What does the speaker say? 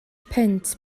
punt